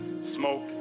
smoke